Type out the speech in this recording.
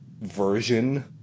version